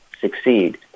succeed